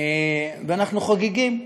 ואנחנו חוגגים,